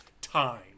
time